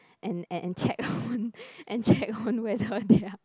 and and and check on and check on whether they are